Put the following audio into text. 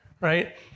right